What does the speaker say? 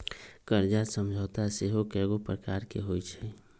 कर्जा समझौता सेहो कयगो प्रकार के होइ छइ